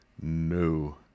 no